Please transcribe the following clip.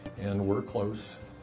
and we're close,